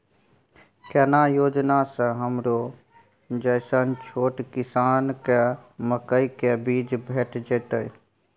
केना योजना स हमरो जैसन छोट किसान के मकई के बीज भेट जेतै?